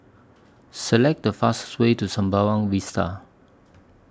Select The fastest Way to Sembawang Vista